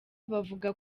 bavuga